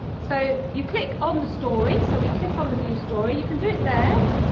so you click on the story, so we click on the view story. you can do it there,